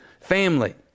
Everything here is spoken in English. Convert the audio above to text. family